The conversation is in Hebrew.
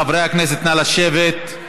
חברי הכנסת, נא לשבת,